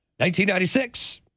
1996